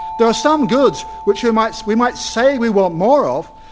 there are some goods which we might we might say we want more of,